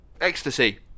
Ecstasy